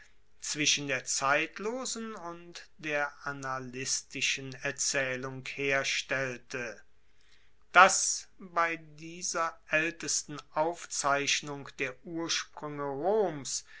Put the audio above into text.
zwischen der zeitlosen und der annalistischen erzaehlung herstellte dass bei dieser aeltesten aufzeichnung der urspruenge roms